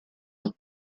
ans